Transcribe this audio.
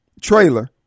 trailer